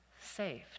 saved